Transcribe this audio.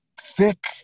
thick